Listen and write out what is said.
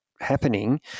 happening